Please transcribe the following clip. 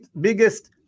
biggest